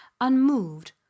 unmoved